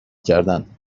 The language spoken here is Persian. کردن